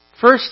first